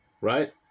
Right